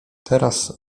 teraz